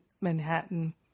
Manhattan